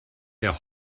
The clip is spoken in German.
wer